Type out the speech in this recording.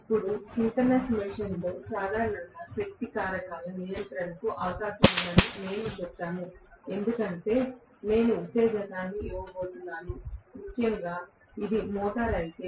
ఇప్పుడు సింక్రోనస్ మెషీన్లో సాధారణంగా శక్తి కారకాల నియంత్రణకు అవకాశం ఉందని మేము చెప్పాము ఎందుకంటే నేను ఉత్తేజాన్ని ఇవ్వబోతున్నాను ముఖ్యంగా ఇది మోటారు అయితే